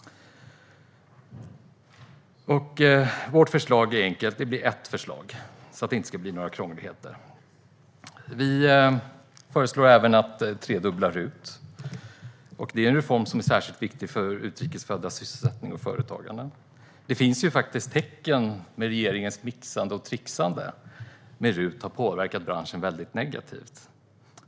Vårt förslag är enkelt: Det blir ett förslag för att det inte ska bli några krångligheter. Vi föreslår även att RUT tredubblas, och det är en reform som är särskilt viktig för utrikes föddas sysselsättning och företagande. Det finns faktiskt tecken på att regeringens mixande och trixande med RUT har påverkat branschen väldigt negativt.